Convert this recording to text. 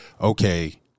okay